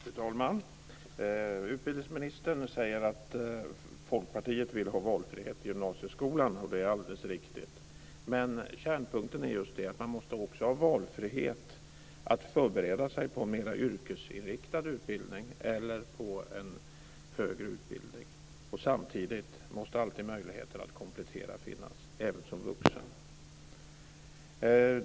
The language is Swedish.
Fru talman! Utbildningsministern säger att Folkpartiet vill ha valfrihet i gymnasieskolan, och det är alldeles riktigt. Men kärnpunkten är att man också måste ha valfrihet att förbereda sig på en mer yrkesinriktad utbildning eller på en högre utbildning. Samtidigt måste alltid möjligheter att komplettera finnas även som vuxen.